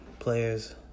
players